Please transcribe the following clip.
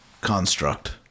construct